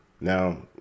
now